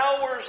hours